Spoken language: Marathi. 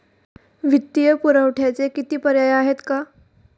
वित्तीय पुरवठ्याचे किती पर्याय आहेत का?